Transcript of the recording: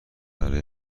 برای